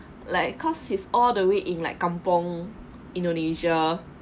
like cause he's all the way in like kampung indonesia